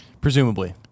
Presumably